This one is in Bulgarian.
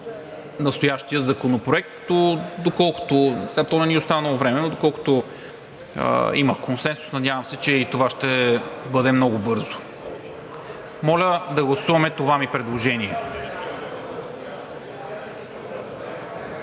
настоящия законопроект. Не ни остана много време, но доколкото има консенсус, надявам се, че и това ще бъде много бързо. Моля да гласуваме това ми предложение.